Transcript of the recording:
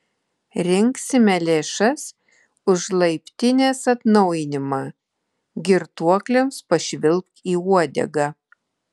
rinksime lėšas už laiptinės atnaujinimą girtuokliams pašvilpk į uodegą